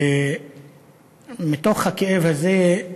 ומתוך הכאב הזה,